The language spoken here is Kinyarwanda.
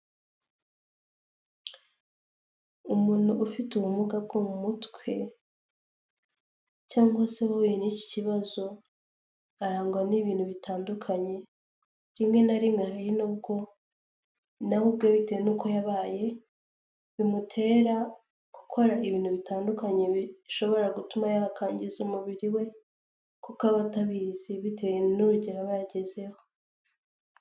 Umuntu ufite ubumuga bwo mu mutwe cyangwa se wahuye n'iki kibazo arangwa n'ibintu bitandukanye, rimwe na rimwe hari n'ubwo nawe ubwe bitewe n'uko yabaye bimutera gukora ibintu bitandukanye bishobora gutuma yakangiza umubiri we, kuko aba atabizi bitewe n'urugero aba yagezeho.